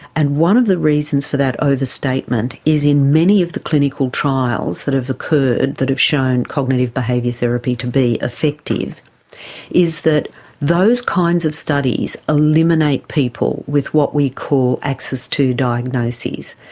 and one of the reasons for that overstatement is in many of the clinical trials that have occurred that have shown cognitive behaviour therapy to be effective is that those kinds of studies eliminate people with what we call access to diagnoses,